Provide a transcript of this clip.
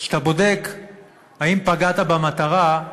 כשאתה בודק אם פגעת במטרה,